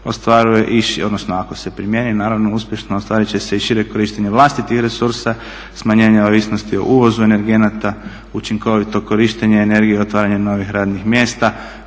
ostvaruje, odnosno ako se primjeni naravno uspješno ostvarit će se i šire korištenje vlastitih resursa, smanjenje ovisnosti o uvozu energenata, učinkovito korištenje energije, otvaranje novih radnih mjesta